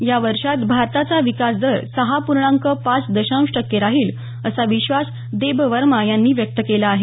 या वर्षात भारताचा विकास दर सहा पूर्णांक पाच दशांश टक्के राहील असा विश्वास देबवर्मा यांनी व्यक्त केला आहे